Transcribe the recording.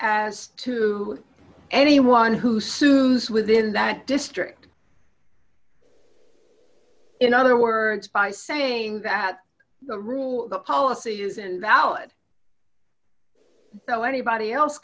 as to anyone who sues within that district in other words by saying that the rules the policy is and valid so anybody else